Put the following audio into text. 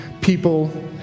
people